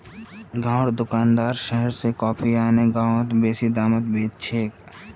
गांउर दुकानदार शहर स कॉफी आने गांउत बेसि दामत बेच छेक